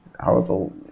horrible